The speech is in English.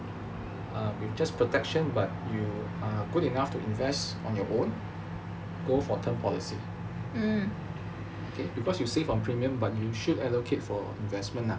err with just protection but you are good enough to invest on your own go for term policy K because you save on premium but you should have allocate for investment lah